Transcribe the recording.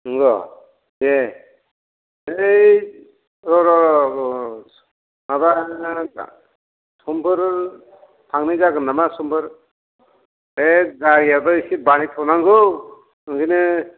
नंगौ दे हैद र' र' र' माबाना समफोर थांनाय जागोन नामा समफोर बे गारियाबो एसे बानायथ'नांगौ ओंखायनो